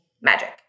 magic